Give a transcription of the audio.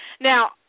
Now